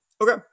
Okay